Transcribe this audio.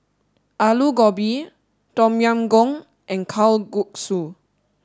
Alu Gobi Tom Yam Goong and Kalguksu